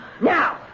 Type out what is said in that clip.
Now